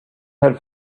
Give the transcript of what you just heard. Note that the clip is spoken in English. had